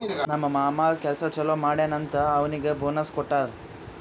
ನಮ್ ಮಾಮಾ ಕೆಲ್ಸಾ ಛಲೋ ಮಾಡ್ಯಾನ್ ಅಂತ್ ಅವ್ನಿಗ್ ಬೋನಸ್ ಕೊಟ್ಟಾರ್